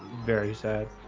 very sad,